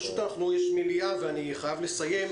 פשוט יש מליאה ואני חייב לסיים.